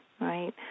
right